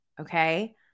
okay